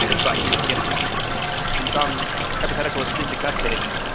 but you know if in some hypothetical extreme success case,